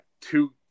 two